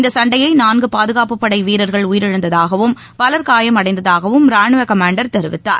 இந்தசண்டையில் நான்குபாதுகாப்புப்படைவீரர்கள் உயிரிழந்ததாகவும் பலர் அடைந்ததாகவும் ராணுவகமாண்டர் தெரிவித்தார்